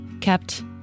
kept